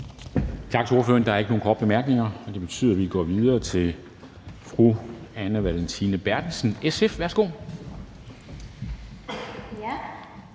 Tak til ordføreren. Der er ikke nogen korte bemærkninger, og det betyder, at vi går videre til fru Anne Valentina Berthelsen, SF. Værsgo.